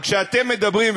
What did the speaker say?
וכשאתם מדברים,